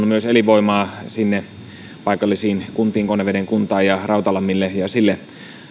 myös elinvoimaa sinne paikallisiin kuntiin konneveden kuntaan ja rautalammille ja sille